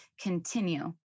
continue